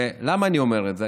למה אני אומר את זה?